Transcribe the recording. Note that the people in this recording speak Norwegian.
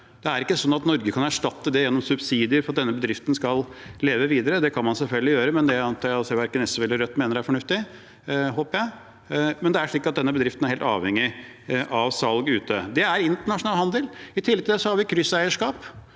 Norge kan erstatte det gjennom subsidier for at den bedriften skal leve videre – det kan man selvfølgelig gjøre, men det antar og håper jeg at verken SV eller Rødt mener er fornuftig. Det er slik at denne bedriften er helt avhengig av salg der ute. Det er internasjonal handel. I tillegg til det har vi krysseierskap.